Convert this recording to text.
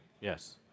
Yes